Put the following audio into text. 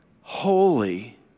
holy